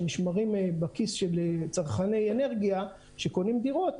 שנשמרים בכיס של צרכני אנרגיה שקונים דירות,